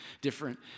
different